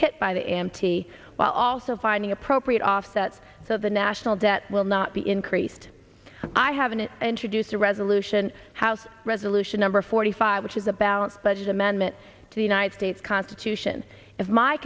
hit by the a m t while also finding appropriate offsets so the national debt will not be increased i haven't introduced a resolution house resolution number forty five which is a balanced budget amendment to the united states constitution if my